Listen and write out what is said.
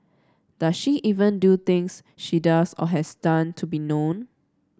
does she even do things she does or has done to be known